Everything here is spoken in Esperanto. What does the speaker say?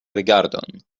rigardon